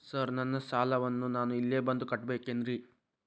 Sir ನನ್ನ ಸಾಲವನ್ನು ನಾನು ಇಲ್ಲೇ ಬಂದು ಕಟ್ಟಬೇಕೇನ್ರಿ?